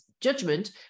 judgment